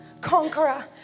Conqueror